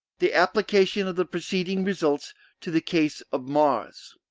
the application of the preceding results to the case of mars.